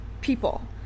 People